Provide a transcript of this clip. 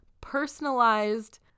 Personalized